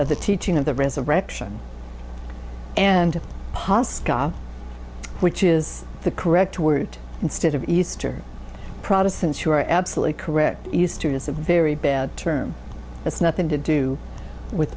of the teaching of the resurrection and pasta which is the correct word instead of easter protestants you are absolutely correct easter is a very bad term it's nothing to do with